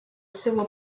civil